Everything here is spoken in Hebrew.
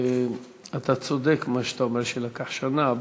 אתה צודק כשאתה אומר שלקח שנה,